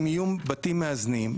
אם יהיו בתים מאזנים,